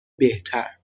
بهتر